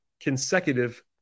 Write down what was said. consecutive